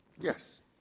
Yes